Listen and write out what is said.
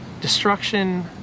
destruction